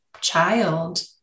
child